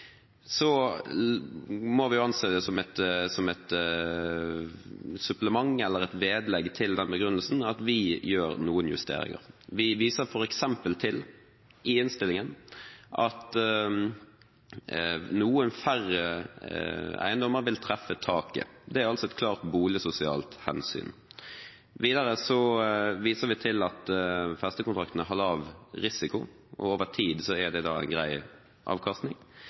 Så må vi anse det som et supplement, eller et vedlegg til den begrunnelsen, at vi gjør noen justeringer. Vi viser f.eks. til i innstillingen at noen færre eiendommer vil treffe taket. Det er altså et klart boligsosialt hensyn. Videre viser vi til at festekontraktene har lav risiko, og over tid er det da grei avkastning.